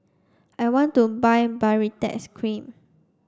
I want to buy Baritex Cream